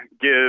give